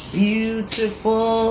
beautiful